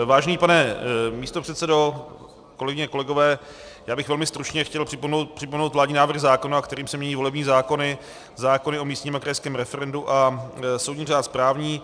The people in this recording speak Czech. Vážený pane místopředsedo, kolegyně, kolegové, já bych velmi stručně chtěl připomenout vládní návrh zákona, kterým se mění volební zákony, zákony o místním a krajském referendu a soudní řád správní.